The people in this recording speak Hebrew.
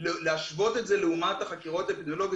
ולהשוות את זה לחקירות האפידמיולוגיות.